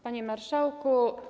Panie Marszałku!